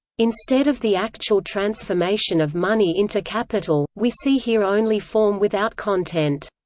instead of the actual transformation of money into capital, we see here only form without content.